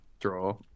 draw